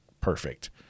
perfect